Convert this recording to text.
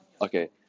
okay